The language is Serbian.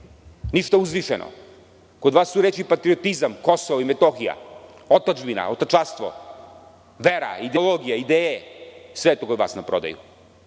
ništa uzvišeno, kod vas su reči: patriotizam, Kosovo i Metohija, otadžbina, vera, ideologija, ideje – sve je to kod vas na prodaju.